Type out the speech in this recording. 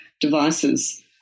devices